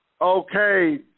Okay